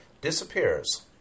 disappears